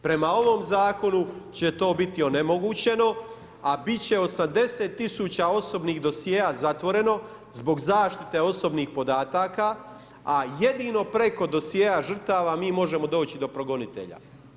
Prema ovom zakonu će to biti onemogućeno, a bit će 80 tisuća osobnih dosjea zatvoreno zbog zaštite osobnih podataka, a jedino preko dosjea žrtava mi možemo doći do progonitelja.